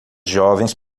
jovens